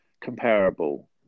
comparable